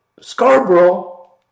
Scarborough